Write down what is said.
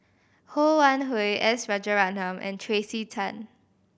Ho Wan Hui S Rajaratnam and Tracey Tan